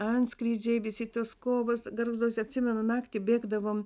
antskrydžiai visi tos kovos gargžduose atsimenu naktį bėgdavom